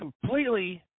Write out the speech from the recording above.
completely